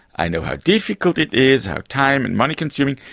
i know how difficult it is, how time and money consuming,